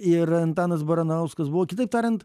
ir antanas baranauskas buvo kitaip tariant